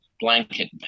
blanket